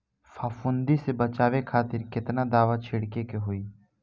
फाफूंदी से बचाव खातिर केतना दावा छीड़के के होई?